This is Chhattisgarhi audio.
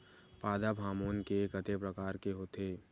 पादप हामोन के कतेक प्रकार के होथे?